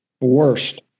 Worst